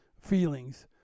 feelings